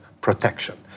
protection